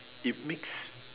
it makes